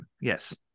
yes